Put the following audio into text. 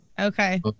Okay